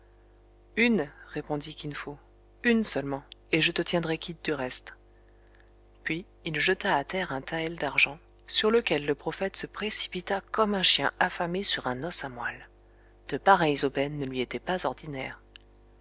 une répondit kin fo une seulement et je te tiendrais quitte du reste puis il jeta à terre un taël d'argent sur lequel le prophète se précipita comme un chien affamé sur un os à moelle de pareilles aubaines ne lui étaient pas ordinaires